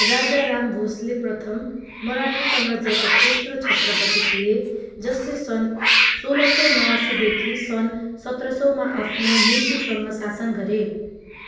राजाराम भोस्ले प्रथम मराठा साम्राज्यका तेस्रो छत्रपति थिए जसले सन् सोह्र सौ नवासिदेखि सन् सत्र सौ मा आफ्नो मृत्युसम्म शासन गरे